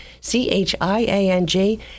C-H-I-A-N-G